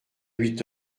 huit